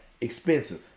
expensive